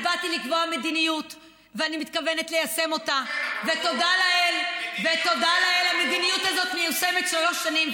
תודה לאל שיש כל כך הרבה